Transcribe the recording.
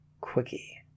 quickie